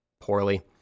poorly